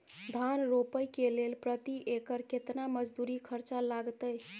धान रोपय के लेल प्रति एकर केतना मजदूरी खर्चा लागतेय?